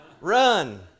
run